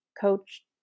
coach